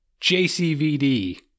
JCVD